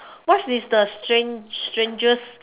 what is the strange strangest